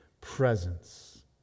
presence